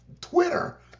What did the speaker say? Twitter